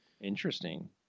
Interesting